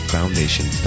Foundation